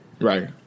Right